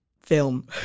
film